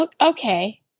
Okay